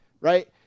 Right